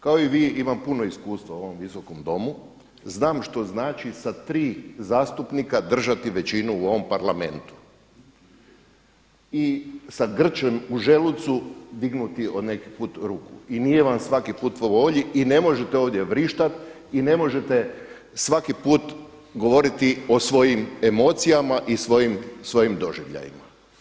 Kao i vi imam puno iskustva u ovom Visokom domu, znam što znači sa tri zastupnika držati većinu u ovom Parlamentu i sa grčem u želucu dignuti po neki put ruku i nije vam svaki put po volji i ne možete ovdje vrištat i ne možete svaki put govoriti o svojim emocijama i svojim doživljajima.